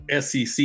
SEC